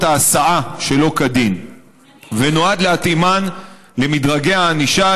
ההסעה שלא כדין ונועד להתאימן למדרגי הענישה,